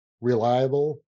reliable